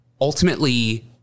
ultimately